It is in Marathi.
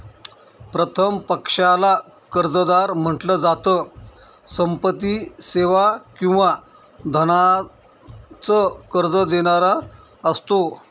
प्रथम पक्षाला कर्जदार म्हंटल जात, संपत्ती, सेवा किंवा धनाच कर्ज देणारा असतो